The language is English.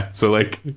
so like,